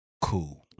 Cool